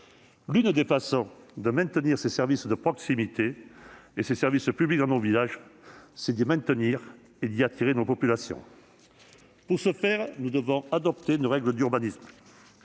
L'une des façons de préserver des services de proximité et des services publics dans nos villages, c'est d'y maintenir et d'y attirer les populations. Pour ce faire, nous devons adapter nos règles urbanistiques